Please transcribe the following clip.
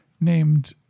named